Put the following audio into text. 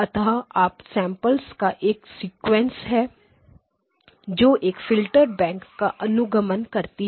अतः up samplers का एक सीक्वेंस है जो एक फिल्टर बैंक का अनुगमन करती है